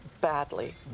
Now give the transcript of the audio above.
badly